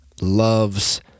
loves